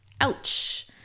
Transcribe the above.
Ouch